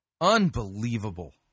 Unbelievable